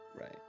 Right